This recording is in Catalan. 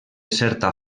certa